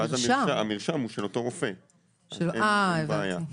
ואז המרשם הוא של אותו רופא, אז אין בעיה.